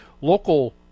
local